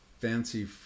fancy